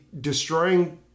destroying